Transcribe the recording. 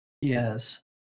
Yes